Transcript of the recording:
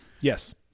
Yes